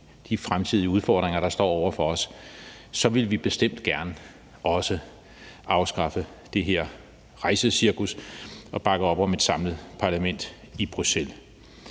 de fremtidige udfordringer, der står over for os, så ville vi bestemt også gerne afskaffe det her rejsecirkus og bakke op om et samlet parlament i Bruxelles.